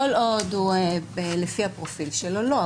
כל עוד הוא לפי הפרופיל שלו, לא.